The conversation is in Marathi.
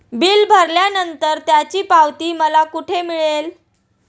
बिल भरल्यानंतर त्याची पावती मला कुठे मिळेल?